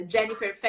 Jennifer